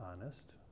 honest